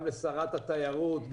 גם לשרת התיירות,